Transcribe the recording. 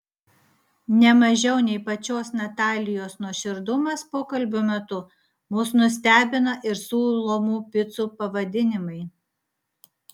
ne mažiau nei pačios natalijos nuoširdumas pokalbio metu mus nustebina ir siūlomų picų pavadinimai